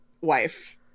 wife